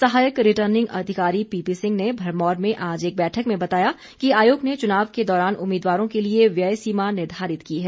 सहायक रिटर्निंग अधिकारी पीपी सिंह ने भरमौर में आज एक बैठक में बताया कि आयोग ने चुनाव के दौरान उम्मीदवारों के लिए व्यय सीमा निर्धारित की है